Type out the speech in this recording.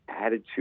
attitude